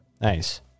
Nice